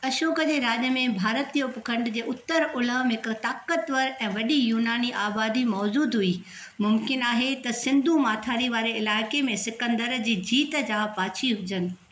अशोक जे राॼु में भारतीअ उपखंडु जे उतर ओलहि में हिकु ताक़तवरु ऐं वॾी यूनानी आबादी मौजूदु हुई मुमकिनु आहे त सिंधू माथिरी वारे इलाइक़े में सिकन्दर जी जीत जा पाछी हुजनि